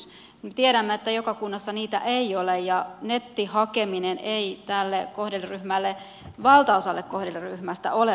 me tiedämme että joka kunnassa niitä ei ole ja nettihakeminen ei valtaosalle kohderyhmästä ole ominaista